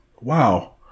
Wow